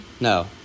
no